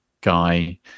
guy